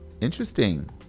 interesting